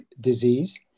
disease